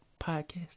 podcast